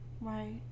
Right